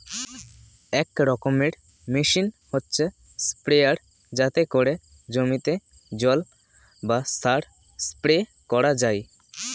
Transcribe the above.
এক রকমের মেশিন হচ্ছে স্প্রেয়ার যাতে করে জমিতে জল বা সার স্প্রে করা যায়